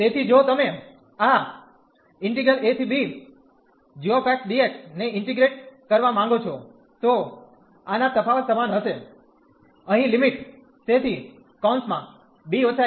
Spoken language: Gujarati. તેથી જો તમે આ ને ઇન્ટીગ્રેટ કરવા માંગો છો તો આ ના તફાવત સમાન હશે અહીં લિમિટ તેથી b−a